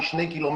היא שני קילומטר,